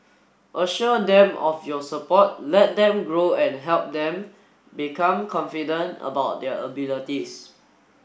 assure them of your support let them grow and help them become confident about their abilities